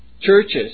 churches